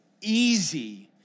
easy